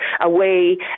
away